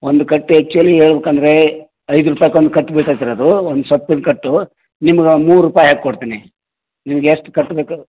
ಒಂದು ಕಟ್ಟು ಆ್ಯಕ್ಚುಲಿ ಹೇಳ್ಬೇಕಂದ್ರೆ ಐದು ರೂಪಾಯ್ಕೊಂದು ಕಟ್ಟು ಬೀಳ್ತದ್ರಿ ಅದು ಒಂದು ಸೊಪ್ಪಿನ ಕಟ್ಟು ನಿಮ್ಗೆ ಮೂರು ರೂಪಾಯಿ ಹಾಕ್ಕೊಡ್ತೀನಿ ನಿಮ್ಗೆಷ್ಟು ಕಟ್ಟು ಬೇಕು